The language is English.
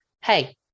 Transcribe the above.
hey